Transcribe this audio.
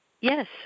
Yes